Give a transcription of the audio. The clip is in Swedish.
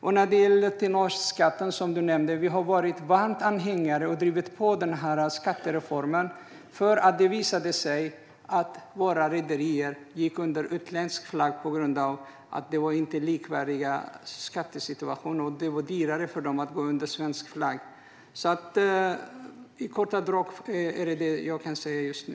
Du nämnde tonnageskatten. Vi har varit varma anhängare av den och drivit på den skattereformen. Det visade sig att några rederier gick under utländsk flagg på grund av att det inte var likvärdiga skattesituationer. Det var dyrare att gå under svensk flagg. I korta drag är det vad jag kan säga just nu.